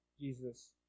Jesus